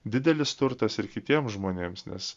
didelis turtas ir kitiems žmonėms nes